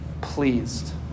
pleased